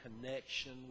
connection